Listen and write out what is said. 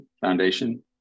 Foundation